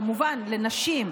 כמובן לנשים,